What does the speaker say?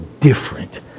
different